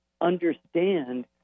understand